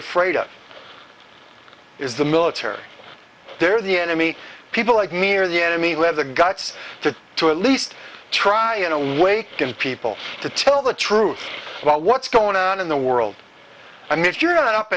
afraid of is the military they're the enemy people like me are the enemy let the guts to to at least try in a way get people to tell the truth about what's going on in the world i mean if you're